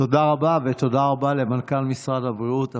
תודה רבה, ותודה רבה למנכ"ל משרד הבריאות הפורש,